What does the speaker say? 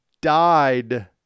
died